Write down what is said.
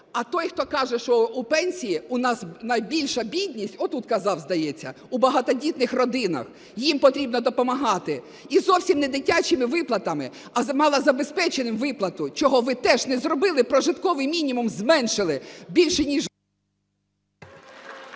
А той, хто каже, що у пенсії у нас найбільша бідність, отут казав, здається, у багатодітних родинах, їм потрібно допомагати. І зовсім не дитячими виплатами, а малозабезпеченим виплату, чого ви теж не зробили, прожитковий мінімум зменшили більше ніж…